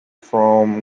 form